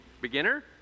Beginner